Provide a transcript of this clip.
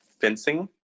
fencing